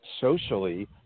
socially